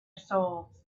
souls